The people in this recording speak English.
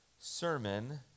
sermon